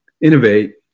innovate